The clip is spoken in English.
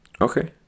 okay